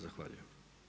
Zahvaljujem.